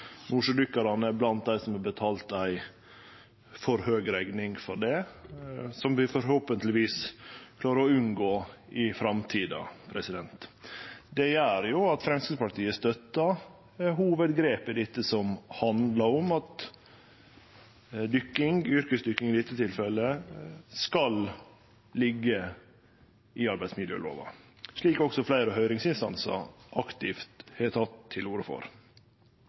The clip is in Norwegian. er blant dei som har betalt ei for høg rekning for det, noko som vi forhåpentlegvis klarer å unngå i framtida. Det gjer at Framstegspartiet støttar hovudgrepet: Det som handlar om yrkesdykking, skal liggje i arbeidsmiljølova, slik også fleire høringsinstansar aktivt har teke til orde for.